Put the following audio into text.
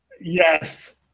yes